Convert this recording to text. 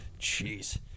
Jeez